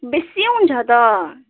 बेसी हुन्छ त